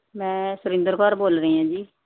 ਮੈਂ ਸੁਰਿੰਦਰ ਕੌਰ ਬੋਲ ਰਹੀਂ ਹਾਂ ਜੀ